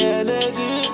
energy